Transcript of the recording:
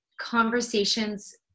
conversations